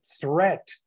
threat